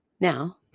Now